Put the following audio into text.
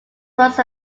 was